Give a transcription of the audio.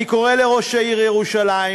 אני קורא לראש העיר ירושלים,